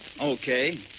Okay